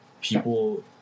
people